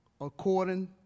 according